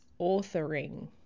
authoring